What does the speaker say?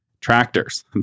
tractors